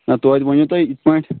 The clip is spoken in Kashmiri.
نہ تویتہِ ؤنِو تُہۍ یِتھ پٲٹھۍ